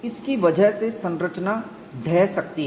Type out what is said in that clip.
इसकी वजह से संरचना ढह सकती है